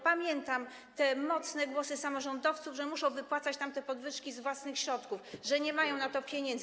Pamiętam te mocne głosy samorządowców, że muszą wypłacać tamte podwyżki z własnych środków, że nie mają na to pieniędzy.